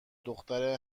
دختر